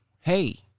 hey